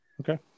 Okay